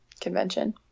convention